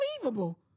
Unbelievable